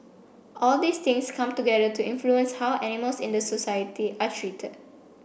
all these things come together to influence how animals in the society are treated